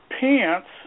pants